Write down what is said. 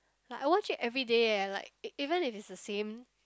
like I watch it everyday eh like e~ even if it is the same